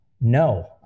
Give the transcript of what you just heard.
no